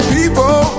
People